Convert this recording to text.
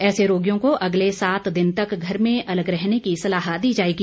ऐसे रोगियों को अगले सात दिन तक घर में अलग रहने की सलाह दी जाएगी